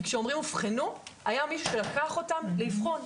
כי כשאומרים אובחנו היה מישהו שלקח אותם לאיבחון,